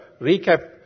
recap